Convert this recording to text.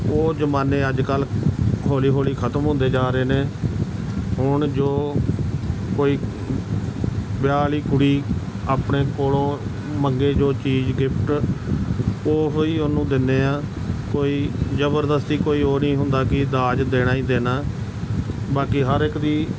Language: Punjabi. ਉਹ ਜਮਾਨੇ ਅੱਜ ਕੱਲ੍ਹ ਹੌਲੀ ਹੌਲੀ ਖਤਮ ਹੁੰਦੇ ਜਾ ਰਹੇ ਨੇ ਹੁਣ ਜੋ ਕੋਈ ਵਿਆਹ ਵਾਲੀ ਕੁੜੀ ਆਪਣੇ ਕੋਲੋਂ ਮੰਗੇ ਜੋ ਚੀਜ਼ ਗਿਫਟ ਉਹ ਹੀ ਉਹਨੂੰ ਦਿੰਦੇ ਹਾਂ ਕੋਈ ਜ਼ਬਰਦਸਤੀ ਕੋਈ ਉਹ ਨਹੀਂ ਹੁੰਦਾ ਕਿ ਦਾਜ ਦੇਣਾ ਹੀ ਦੇਣਾ ਬਾਕੀ ਹਰ ਇੱਕ ਦੀ